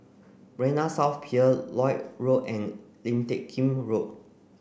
Marina South Pier Lloyd Road and Lim Teck Kim Road